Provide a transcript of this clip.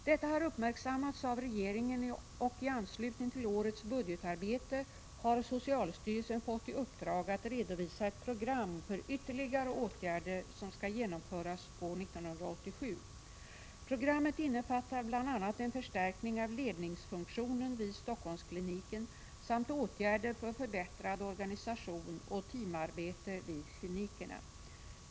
Detta har uppmärksammats av regeringen och i anslutning till årets budgetarbete har socialstyrelsen fått i uppdrag att redovisa ett program för ytterligare åtgärder som skall genomföras år 1987. Programmet innefattar bl.a. en förstärkning av ledningsfunktionen vid Stockholmskliniken samt åtgärder för förbättrad organisation och teamarbete vid klinikerna.